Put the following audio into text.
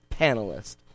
panelist